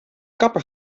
kapper